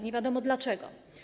Nie wiadomo dlaczego.